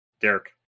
Derek